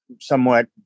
somewhat